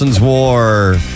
War